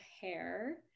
Hair